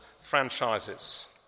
franchises